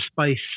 space